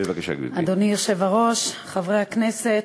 אדוני היושב-ראש, חברי הכנסת,